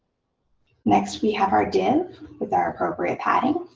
but next, we have our div with our appropriate padding.